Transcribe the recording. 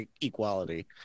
equality